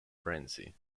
frenzy